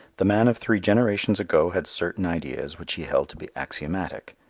the man of three generations ago had certain ideas which he held to be axiomatic,